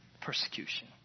persecution